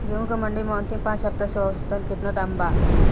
गेंहू के मंडी मे अंतिम पाँच हफ्ता से औसतन केतना दाम बा?